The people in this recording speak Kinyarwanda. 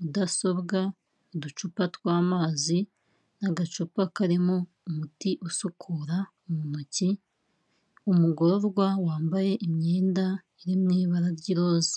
mudasobwa uducupa tw'amazi n'agacupa karimo umuti usukura mu ntoki umugororwa wambaye imyenda iri mu ibara ry'iroza.